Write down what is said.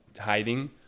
hiding